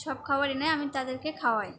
সব খাবার এনে আমি তাদেরকে খাওয়াই